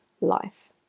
life